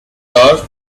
turf